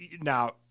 now